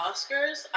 Oscars